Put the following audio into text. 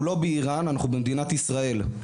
אנחנו לא באיראן, אנחנו במדינת ישראל.